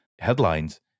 headlines